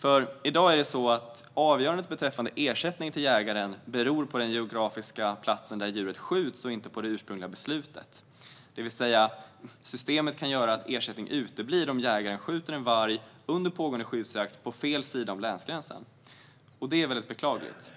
för i dag är det så att avgörandet beträffande ersättning till jägaren beror på den geografiska platsen där djuret skjuts och inte på det ursprungliga beslutet. Systemet kan med andra ord göra att ersättningen uteblir om jägaren under pågående skyddsjakt skjuter en varg på fel sida om länsgränsen. Detta är väldigt beklagligt.